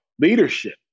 leadership